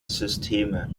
systeme